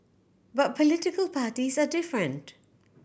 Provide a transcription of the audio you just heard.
but political parties are different